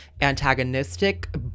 antagonistic